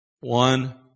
one